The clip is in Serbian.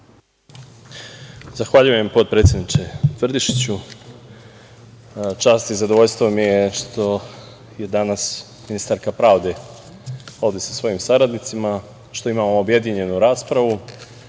Zahvaljujem. Čast i zadovoljstvo mi je što je danas ministarka pravde ovde sa svojim saradnicima, što imamo objedinjenu raspravu